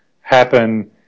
happen